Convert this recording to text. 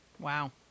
Wow